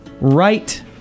right